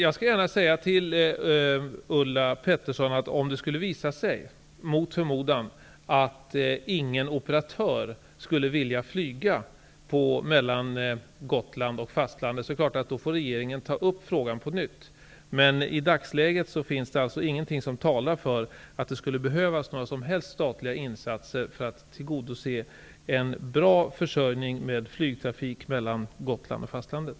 Jag vill gärna säga till Ulla Pettersson att regeringen naturligtvis får ta upp frågan på nytt om det mot förmodan skulle visa sig att ingen operatör skulle vilja flyga mellan Gotland och fastlandet. I dagsläget finns det ingenting som talar för att det skulle behövas några som helst statliga insatser för att tillgodose en bra försörjning med flygtrafik mellan Gotland och fastlandet.